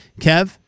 Kev